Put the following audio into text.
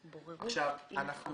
אדוני היושב ראש, נמצאים